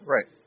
Right